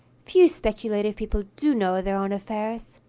few speculative people do know their own affairs.